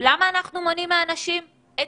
למה אנחנו לא מונעים מאנשים את